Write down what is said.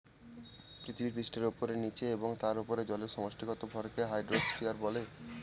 পৃথিবীপৃষ্ঠের উপরে, নীচে এবং তার উপরে জলের সমষ্টিগত ভরকে হাইড্রোস্ফিয়ার বলে